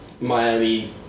Miami